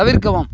தவிர்க்கவும்